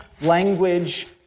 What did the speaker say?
language